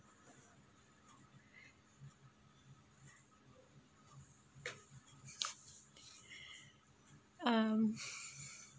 um